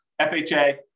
FHA